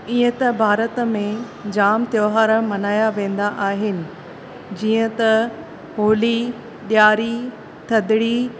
ईअं त भारत में जाम त्योहार मल्हायां वेंदा आहिनि जीअं त होली ॾियारी थधिड़ी